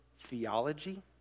theology